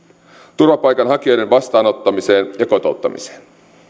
turvapaikanhakijoiden vastaanottamiseen ja kotouttamiseen